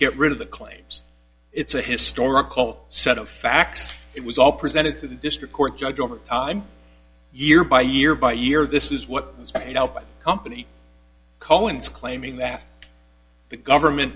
get rid of the claim it's a historical set of facts it was all presented to the district court judge overtime year by year by year this is what the company cohen's claiming that the government